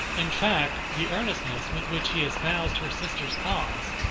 in fact, the earnestness with which he espoused her sister's cause,